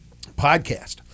podcast